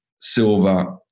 silver